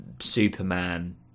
Superman